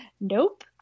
Nope